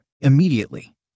Immediately